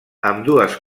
ambdues